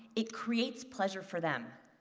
it creates pleasure for them.